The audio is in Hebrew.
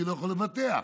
אנחנו לא יכולות לבטח.